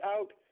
out